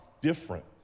different